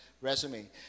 resume